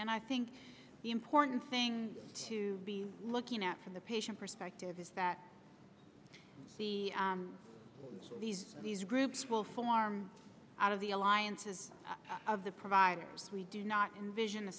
and i think the important thing to be looking at from the patient perspective is that the these groups will form out of the alliances of the providers we do not in vision a